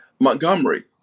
Montgomery